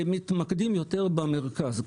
מתמקדים יותר במרכז.